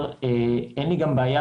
אין לי גם בעיה,